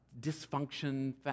dysfunction